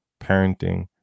parenting